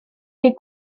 les